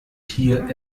hier